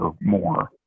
more